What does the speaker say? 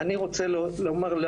אני רוצה לומר,